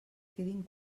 quedin